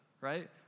right